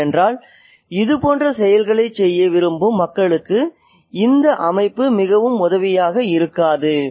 ஏனென்றால் இதுபோன்ற செயல்களைச் செய்ய விரும்பும் மக்களுக்கு இந்த அமைப்பு மிகவும் உதவியாக இருக்காது